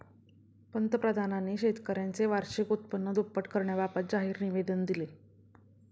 पंतप्रधानांनी शेतकऱ्यांचे वार्षिक उत्पन्न दुप्पट करण्याबाबत जाहीर निवेदन दिले